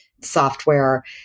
software